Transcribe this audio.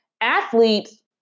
athletes